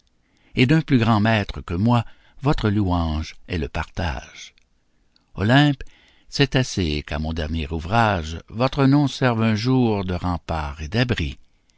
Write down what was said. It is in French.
et d'un plus grand maître que moi votre louange est le partage olympe c'est assez qu'à mon dernier ouvrage votre nom serve un jour de rempart et d'abri